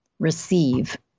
receive